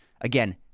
Again